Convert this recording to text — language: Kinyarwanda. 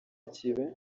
kibe